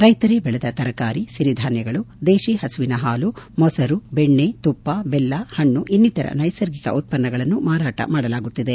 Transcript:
ರೈತರೇ ಬೆಳೆದ ತರಕಾರಿ ಸಿರಿಧಾನ್ಯಗಳು ದೇಶಿ ಪಸುವಿನ ಹಾಲು ಮೊಸರು ಬೆಣ್ಣೆ ತುಪ್ಪ ಬೆಲ್ಲ ಹಣ್ಣು ಇನ್ನಿತರ ನೈಸರ್ಗಿಕ ಉತ್ಪನ್ನಗಳನ್ನು ಮಾರಾಟ ಮಾಡಲಾಗುತ್ತಿದೆ